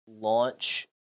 launch